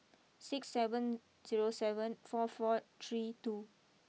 six seven zero seven four four three two